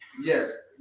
Yes